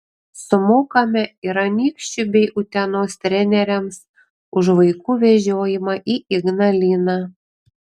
sumokame ir anykščių bei utenos treneriams už vaikų vežiojimą į ignaliną